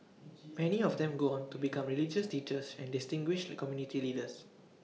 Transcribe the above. many of them go on to become religious teachers and distinguished the community leaders